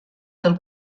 del